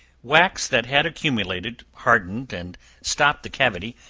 wax that had accumulated, hardened, and stopped the cavity,